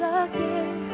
again